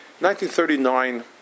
1939